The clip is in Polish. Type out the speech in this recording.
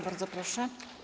Bardzo proszę.